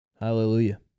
Hallelujah